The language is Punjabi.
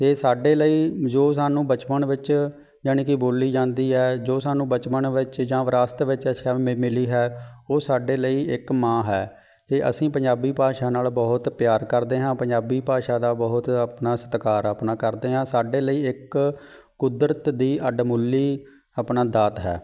ਅਤੇ ਸਾਡੇ ਲਈ ਜੋ ਸਾਨੂੰ ਬਚਪਨ ਵਿੱਚ ਜਾਣੀ ਕਿ ਬੋਲੀ ਜਾਂਦੀ ਹੈ ਜੋ ਸਾਨੂੰ ਬਚਪਨ ਵਿੱਚ ਜਾਂ ਵਿਰਾਸਤ ਵਿੱਚ ਅੱਛਾ ਮਿ ਮਿਲੀ ਹੈ ਉਹ ਸਾਡੇ ਲਈ ਇੱਕ ਮਾਂ ਹੈ ਜੇ ਅਸੀਂ ਪੰਜਾਬੀ ਭਾਸ਼ਾ ਨਾਲ ਬਹੁਤ ਪਿਆਰ ਕਰਦੇ ਹਾਂ ਪੰਜਾਬੀ ਭਾਸ਼ਾ ਦਾ ਬਹੁਤ ਆਪਣਾ ਸਤਿਕਾਰ ਆਪਣਾ ਕਰਦੇ ਹਾਂ ਸਾਡੇ ਲਈ ਇੱਕ ਕੁਦਰਤ ਦੀ ਵਡਮੁੱਲੀ ਆਪਣਾ ਦਾਤ ਹੈ